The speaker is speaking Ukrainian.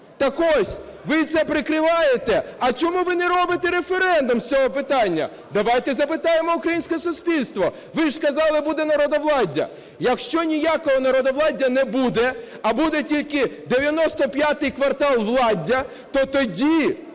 Так ось, ви це прикриваєте. А чому ви не робите референдум з цього питання? Давайте запитаємо українське суспільство. Ви ж казали, буде народовладдя. Якщо ніякого народовладдя не буде, а буде тільки "95 кварталвладдя", то тоді,